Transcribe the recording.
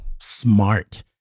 smart